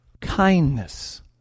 Kindness